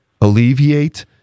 alleviate